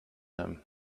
him